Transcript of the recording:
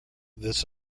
this